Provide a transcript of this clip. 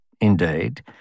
indeed